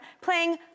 playing